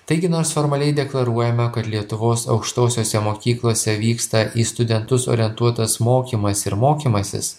taigi nors formaliai deklaruojame kad lietuvos aukštosiose mokyklose vyksta į studentus orientuotas mokymas ir mokymasis